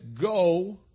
go